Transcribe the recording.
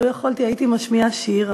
לו יכולתי הייתי משמיעה שיר,